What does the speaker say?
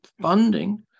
funding